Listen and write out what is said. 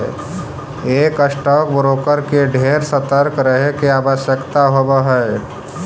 एक stock broker के ढेर सतर्क रहे के आवश्यकता होब हई